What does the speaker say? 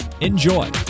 Enjoy